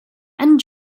and